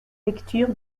lecture